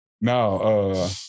No